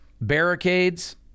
barricades